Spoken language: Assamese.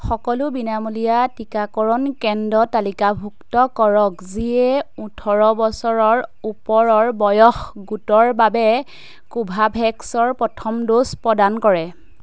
সকলো বিনামূলীয়া টীকাকৰণ কেন্দ্ৰ তালিকাভুক্ত কৰক যিয়ে ওঠৰ বছৰৰ ওপৰৰ বয়স গোটৰ বাবে কোভোভেক্সৰ প্ৰথম ড'জ প্ৰদান কৰে